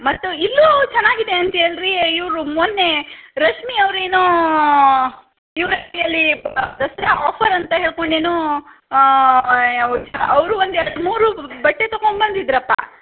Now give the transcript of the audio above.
ಮತ್ತು ಇಲ್ಲೂ ಚೆನ್ನಾಗಿದೆ ಅಂತೆಯಲ್ಲ ರೀ ಇವರು ಮೊನ್ನೆ ರಶ್ಮಿ ಅವ್ರು ಏನೋ ದಸರಾ ಆಫರ್ ಅಂತ ಹೇಳ್ಕೊಂಡು ಏನೋ ಅವರೂ ಒಂದು ಎರಡು ಮೂರು ಬಟ್ಟೆ ತಗೊಂಡ್ಬಂದಿದ್ರಪ್ಪ